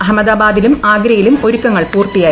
അഹമ്മദ്ബാദിലും ആഗ്രയിലും ഒരുക്കങ്ങൾ പൂർത്തിയായി